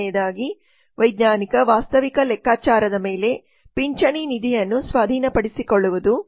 ಮೂರನೆಯದಾಗಿ ವೈಜ್ಞಾನಿಕ ವಾಸ್ತವಿಕ ಲೆಕ್ಕಾಚಾರದ ಮೇಲೆ ಪಿಂಚಣಿ ನಿಧಿಯನ್ನು ಸ್ವಾಧೀನಪಡಿಸಿಕೊಳ್ಳುವುದು